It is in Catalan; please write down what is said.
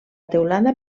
teulada